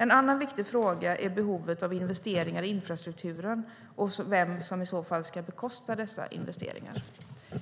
En annan viktig fråga är behovet av investeringar i infrastrukturen och vem som i så fall ska bekosta dessa investeringar. Jag